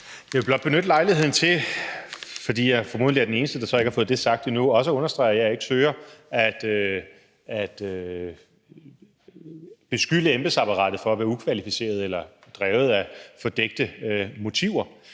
Jeg vil blot benytte lejligheden til – for jeg er formentlig den eneste, der så ikke har fået det sagt endnu – også at understrege, at jeg ikke søger at beskylde embedsapparatet for at være ukvalificeret eller drevet af fordækte motiver.